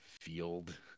field